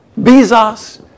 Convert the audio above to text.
Bezos